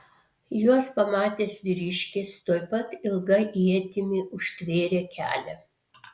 juos pamatęs vyriškis tuoj pat ilga ietimi užtvėrė kelią